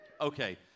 Okay